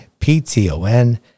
PTON